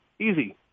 Easy